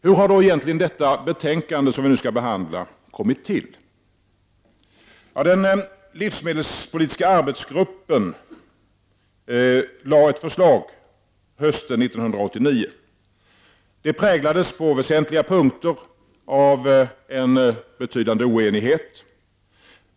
Hur har då egentligen det betänkande vi nu skall behandla kommit till? Den livsmedelspolitiska arbetsgruppen lade hösten 1989 fram ett förslag. Det präglades på väsentliga punkter av en betydande oenighet.